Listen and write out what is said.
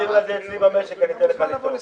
אתה מוזמן אצלי למשק, אני אתן לך לטעום.